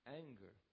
anger